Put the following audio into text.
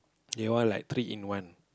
they all like three in one